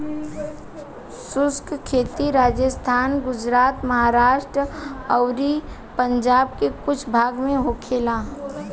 शुष्क खेती राजस्थान, गुजरात, महाराष्ट्र अउरी पंजाब के कुछ भाग में होखेला